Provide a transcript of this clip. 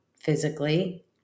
physically